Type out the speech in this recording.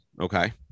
Okay